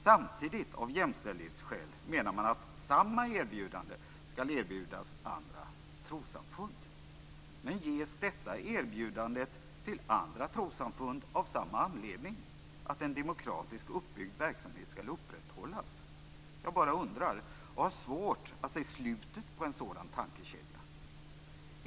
Samtidigt menar man av jämställdhetsskäl att samma erbjudande skall ges till andra trossamfund. Men ges detta erbjudande till andra trossamfund av samma anledning, nämligen att en demokratiskt uppbyggd verksamhet skall upprätthållas? Jag bara undrar och har svårt att se slutet på en sådan tankekedja.